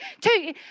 two